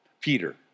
Peter